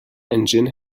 engine